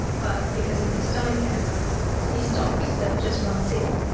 but because of his stomach cancer he stops at just one sip.